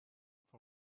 for